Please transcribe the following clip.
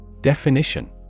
Definition